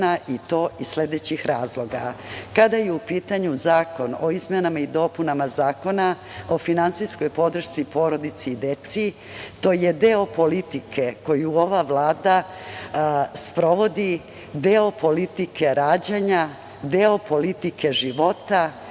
i to iz sledećih razloga. Kada je u pitanju zakon o izmenama i dopunama Zakona o finansijskoj podršci porodici i deci. To je deo politike koju ova Vlada sprovodi, deo politike rađanja, deo politike života,